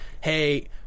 Hey